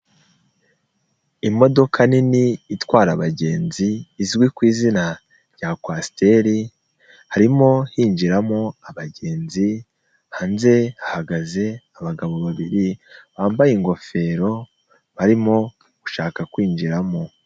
imodoka nini itwara abagenzi, izwi ku izina rya Kwasiteli, harimo kwinjiramo abagenzi, hanze hahagaze abagabo babiri bambaye ingofero barimo gushaka kwinjiramo.